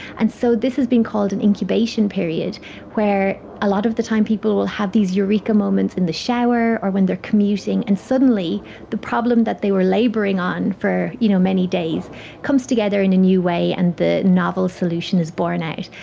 and so this has been called an incubation period where a lot of the time people will have these eureka moments in the shower or when they are commuting, and suddenly the problem that they were labouring on for you know many days comes together in a new way and the novel solution is borne out.